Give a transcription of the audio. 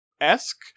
esque